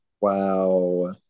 Wow